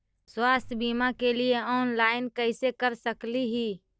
स्वास्थ्य बीमा के लिए ऑनलाइन कैसे कर सकली ही?